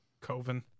Coven